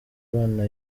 abana